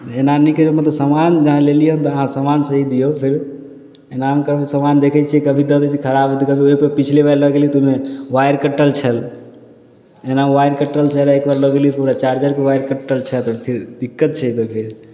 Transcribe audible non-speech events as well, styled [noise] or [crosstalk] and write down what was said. एना नहि करियौ मतलब समान जहाँ लेलियै हन तऽ अहाँ समान सही दियौ फेर एनामे कभी समान देखै छियै कभी दऽ दै छियै खराब [unintelligible] कोइ पिछले बेर लऽ गेलियै तऽ ओहिमे वाइर कटल छल एना वाइर कटल छल एकबेर लऽ गेली पूरा चार्जर के वाइर कटल छल तऽ फेर दिक्कत छै एहिमे फेर